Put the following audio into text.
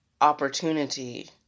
opportunity